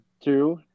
two